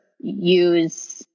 Use